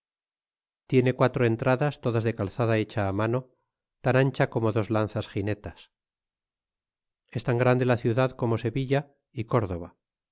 tiene qua tro entradas todas de calzada hecha mano tan ancha como dos lanzas ginetas es tan grande la ciudad como sevilla y córdova